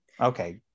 okay